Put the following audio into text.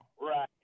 Right